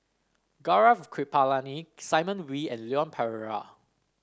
Gaurav Kripalani Simon Wee and Leon Perera